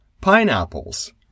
pineapples